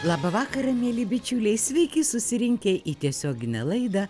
labą vakarą mieli bičiuliai sveiki susirinkę į tiesioginę laidą